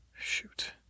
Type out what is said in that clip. Shoot